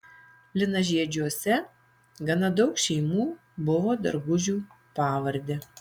linažiedžiuose gana daug šeimų buvo dargužių pavarde